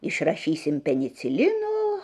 išrašysim penicilino